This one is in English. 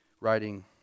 writing